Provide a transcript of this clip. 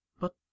But